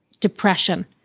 depression